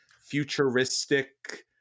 futuristic